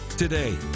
Today